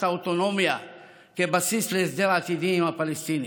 האוטונומיה כבסיס להסדר העתידי עם הפלסטינים.